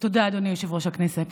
תודה, אדוני יושב-ראש הכנסת.